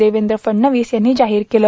देवेद्र फडवणीस यांनी जाहीर केलं